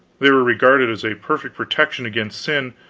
they were regarded as a perfect protection against sin,